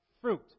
fruit